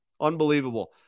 Unbelievable